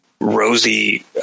rosy